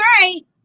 great